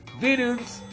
videos